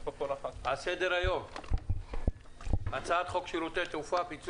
על סדר היום הצעת חוק שירותי תעופה (פיצוי